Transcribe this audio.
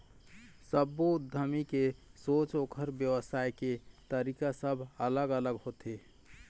सब्बो उद्यमी के सोच, ओखर बेवसाय के तरीका सब अलग अलग होथे